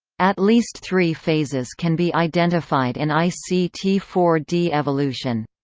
at least three phases can be identified in i c t four d evolution